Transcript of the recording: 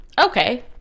Okay